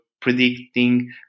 predicting